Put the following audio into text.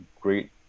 great